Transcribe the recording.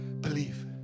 Believe